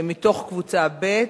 מתוך קבוצה ב',